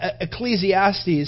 Ecclesiastes